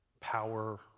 power